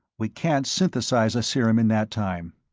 we can't synthesize a serum in that time.